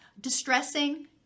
distressing